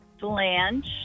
Blanche